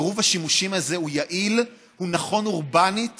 עירוב השימושים הזה יעיל, נכון אורבנית